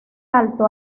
alto